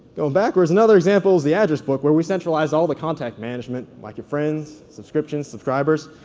going backwards, another example is the address book where we centralized all the contact management, like your friends, subscription, subscribers,